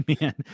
man